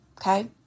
Okay